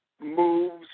moves –